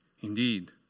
Indeed